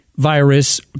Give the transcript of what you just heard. virus